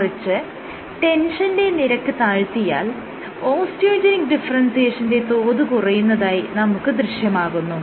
മറിച്ച് ടെൻഷന്റെ നിരക്ക് താഴ്ത്തിയാൽ ഓസ്റ്റിയോജെനിക്ക് ഡിഫറെൻസിയേഷന്റെ തോത് കുറയുന്നതായി നമുക്ക് ദൃശ്യമാകുന്നു